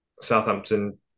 Southampton